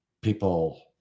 people